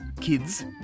Kids